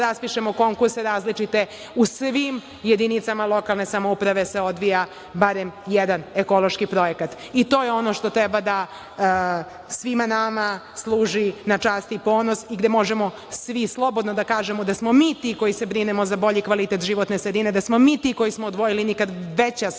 raspišemo konkurse različite u svim jedinicama lokalne samouprave se odvija barem jedan ekološki projekat. To je ono što treba da svima nama služi na čast i ponos i gde možemo svi slobodno da kažemo da smo mi ti koji se brinemo za bolji kvalitet životne sredine, da smo mi ti koji smo odvojili nikad veća sredstva